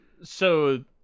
So-